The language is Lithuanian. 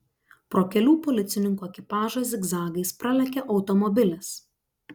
pro kelių policininkų ekipažą zigzagais pralekia automobilis